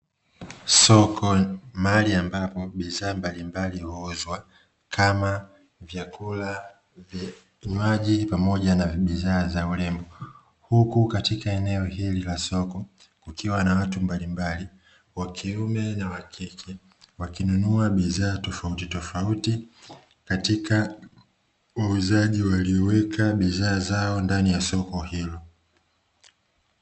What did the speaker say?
Soko, mahali ambapo bidhaa mbalimbali huuzwa, kama; vyakula, vinywaji pamoja na bidhaa za urembo. Huku katika eneo hili la soko kukiwa na watu mbalimbali; wakiume na wakike, wakinunua bidhaa tofautitofauti katika wauzaji walioweka bidhaa zao ndani ya soko hilo.